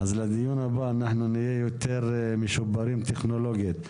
אז לדיון הבא אנחנו נהיה יותר משופרים טכנולוגית,